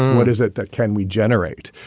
what is it that can we generate,